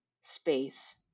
space